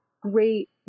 great